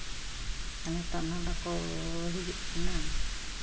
ᱱᱤᱛᱤᱝ ᱢᱟ ᱵᱟᱠᱚ ᱦᱤᱡᱩᱜ ᱠᱟᱱᱟ